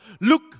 Look